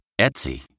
Etsy